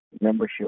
membership